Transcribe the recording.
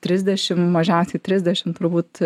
trisdešim mažiausiai trisdešimt turbūt